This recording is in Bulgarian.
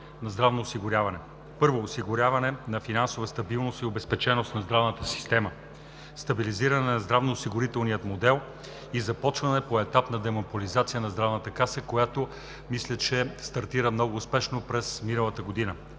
на здравно осигуряване. Първо, осигуряване на финансова стабилност и обезпеченост на здравната система; стабилизиране на здравноосигурителния модел и започване поетапна демонополизация на Здравната каса, която мисля, че стартира много успешно през миналата година.